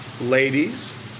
ladies